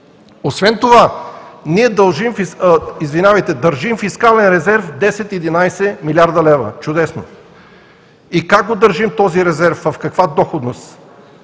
Освен това ние държим фискален резерв от 10 – 11 млрд. лв. Чудесно. Как го държим този резерв, в каква доходност?